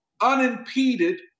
unimpeded